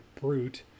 brute